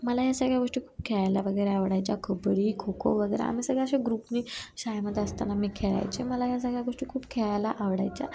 मला ह्या सगळ्या गोष्टी खूप खेळायला वगैरे आवडायच्या कबड्डी खो खो वगैरे आम्ही सगळ्या अशा ग्रुपनी शाळेमध्ये असताना मी खेळायचे मला ह्या सगळ्या गोष्टी खूप खेळायला आवडायच्या